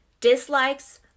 dislikes